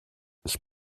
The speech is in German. ich